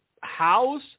house